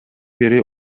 бири